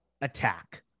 attack